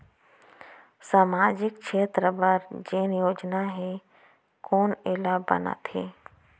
सामाजिक क्षेत्र बर जेन योजना हे कोन एला बनाथे?